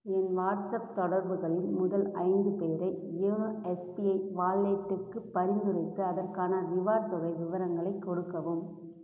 என் WhatsApp தொடர்புகளில் முதல் ஐந்து பேரை யோனோ எஸ்பிஐ வாலெட்டுக்கு பரிந்துரைத்து அதற்கான ரிவார்டு தொகை விவரங்களை கொடுக்கவும்